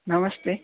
नमस्ते